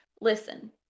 Listen